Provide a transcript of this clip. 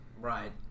Right